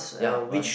ya one